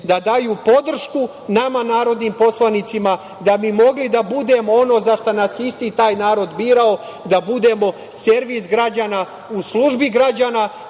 da daju podršku nama narodnim poslanicima da bi mogli da budemo ono za šta nas je isti taj narod birao, da budemo servis građana u službi građana,